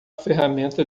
ferramenta